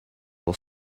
will